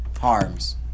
Harms